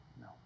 No